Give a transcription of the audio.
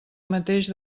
mateix